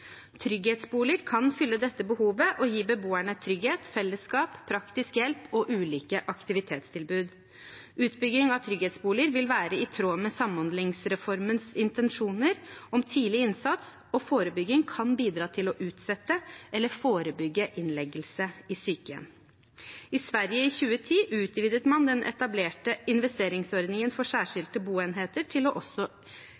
Trygghetsboliger kan fylle dette behovet og gi beboerne trygghet, fellesskap, praktisk hjelp og ulike aktivitetstilbud. Utbygging av trygghetsboliger vil være i tråd med samhandlingsreformens intensjoner om tidlig innsats, og forebygging kan bidra til å utsette eller forebygge innleggelse i sykehjem. I Sverige utvidet man i 2010 den etablerte investeringsordningen for